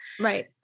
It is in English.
Right